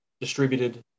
distributed